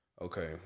okay